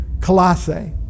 Colossae